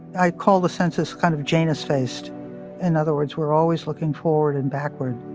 i call the census kind of janus-faced. in other words, we're always looking forward and backward,